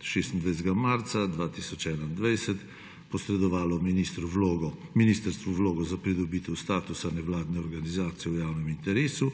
26. marca 2021 posredovalo ministrstvu vlogo za pridobitev statusa nevladne organizacije v javnem interesu